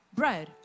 bread